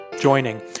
joining